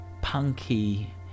punky